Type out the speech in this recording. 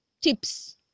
tips